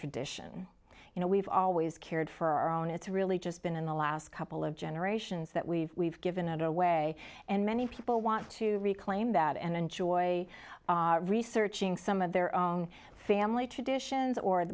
tradition you know we've always cared for our own it's really just been in the last couple of generations that we've given it away and many people want to reclaim that and enjoy researching some of their own family traditions or